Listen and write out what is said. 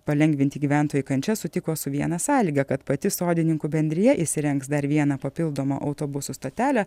palengvinti gyventojų kančias sutiko su viena sąlyga kad pati sodininkų bendrija įsirengs dar vieną papildomą autobusų stotelę